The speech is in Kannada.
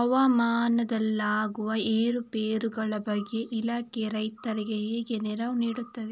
ಹವಾಮಾನದಲ್ಲಿ ಆಗುವ ಏರುಪೇರುಗಳ ಬಗ್ಗೆ ಇಲಾಖೆ ರೈತರಿಗೆ ಹೇಗೆ ನೆರವು ನೀಡ್ತದೆ?